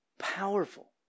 powerful